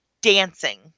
dancing